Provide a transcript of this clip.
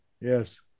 yes